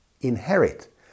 inherit